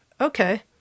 Okay